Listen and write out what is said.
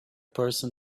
person